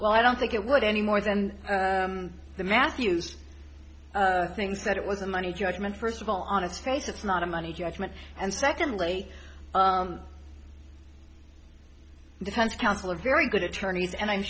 well i don't think it would any more than the matthews things that it was a money judgment first of all on its face it's not a money judgment and secondly defense counsel a very good attorneys and i'm